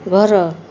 ଘର